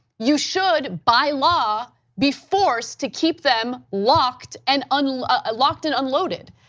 you should by law be forced to keep them locked and and ah locked and unloaded.